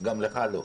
גם לך לא.